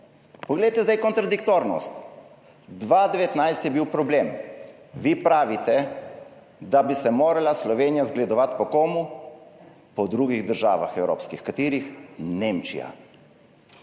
Poglejte zdaj kontradiktornost! 2019 je bil problem, vi pravite, da bi se morala Slovenija zgledovati po – kom? Po drugih evropskih državah. Katerih? Nemčija.